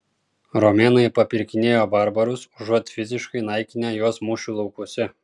romėnai papirkinėjo barbarus užuot fiziškai naikinę juos mūšių laukuose